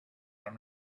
i’m